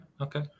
okay